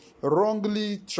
wrongly